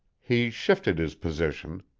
he shifted his position,